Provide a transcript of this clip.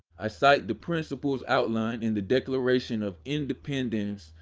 i cite the principles outlined in the declaration of independence,